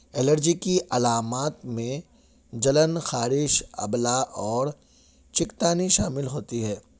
allergy کی علامات میں جلن خارش آبلہ اور چکتانی شامل ہوتی ہے